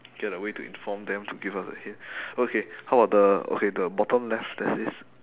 get a way to inform them to give us a hint okay how about the okay the bottom left there's this